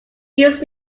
used